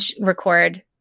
record